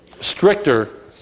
stricter